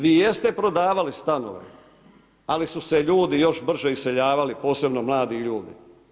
Vi jeste prodavali stanove, ali su se ljudi još brže iseljavali, posebno mladi ljudi.